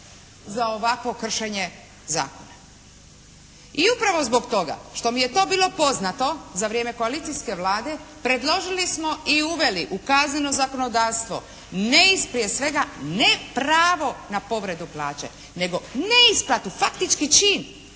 za ovakvo kršenje zakona. I upravo zbog toga što mi je to bilo poznato za vrijeme koalicijske Vlade predložili smo i uveli u kazneno zakonodavstvo ne … /Govornica se ne razumije./ … prije svega ne pravo na povredu plaće nego neisplatu, faktički čin.